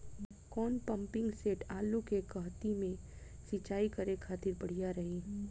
कौन pumping set आलू के कहती मे सिचाई करे खातिर बढ़िया रही?